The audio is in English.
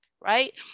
right